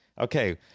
Okay